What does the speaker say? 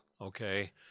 okay